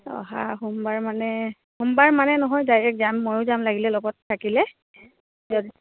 অহা সোমবাৰ মানে সোমবাৰ মানে নহয় ডাইৰেক্ট যাম ময়ো যাম লাগিলে লগত থাকিলে